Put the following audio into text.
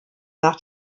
nach